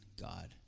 God